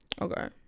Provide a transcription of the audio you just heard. Okay